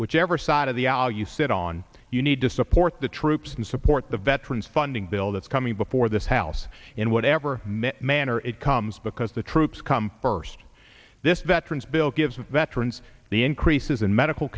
whichever side of the aisle you sit on you need to support the troops and support the veterans funding bill that's coming before this house in whatever manner it comes because the troops come first this veterans bill gives veterans the increases in medical